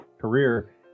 career